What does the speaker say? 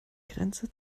grenze